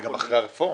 זה גם אחרי הרפורמה.